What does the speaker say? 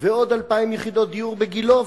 ועוד 2,000 יחידות דיור בגילה,